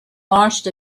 launched